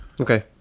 Okay